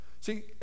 See